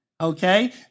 Okay